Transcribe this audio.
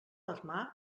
armar